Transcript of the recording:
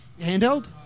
handheld